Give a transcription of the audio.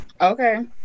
Okay